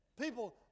People